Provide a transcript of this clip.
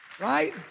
Right